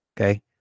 Okay